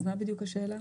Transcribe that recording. אז מה בדיוק השאלה?